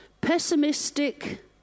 pessimistic